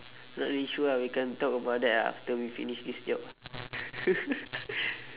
not really sure ah we can talk about that ah after we finish this job ah